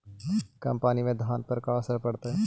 कम पनी से धान पर का असर पड़तायी?